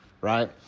right